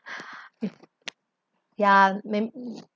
ya maybe